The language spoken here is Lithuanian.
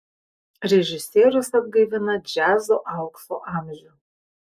režisierius atgaivina džiazo aukso amžių